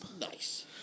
Nice